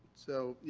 so yeah,